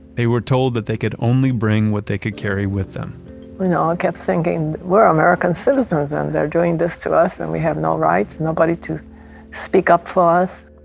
they were told that they could only bring what they could carry with them you know, i kept thinking we're american citizens and they're doing this to us and we have no rights and nobody to speak up for us